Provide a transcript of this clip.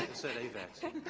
said a vaccine.